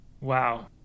wow